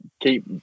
keep